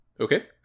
Okay